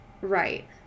Right